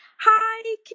Hi